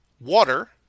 water